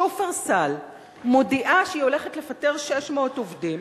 "שופרסל" מודיעה שהיא הולכת לפטר 600 עובדים.